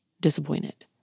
disappointed